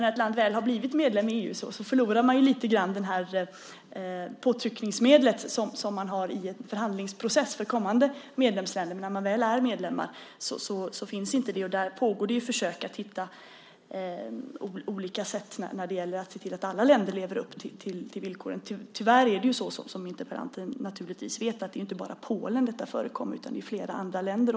När ett land väl har blivit medlem i EU förlorar man ju lite grann det påtryckningsmedel som man har i en förhandlingsprocess för kommande medlemsländer. När de väl är medlemmar finns inte det. Där pågår det försök att hitta olika sätt när det gäller att se till att alla länder lever upp till villkoren. Tyvärr är det, som interpellanten naturligtvis vet, inte bara i Polen som detta förekommer utan också i flera andra länder.